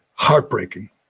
Heartbreaking